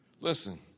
listen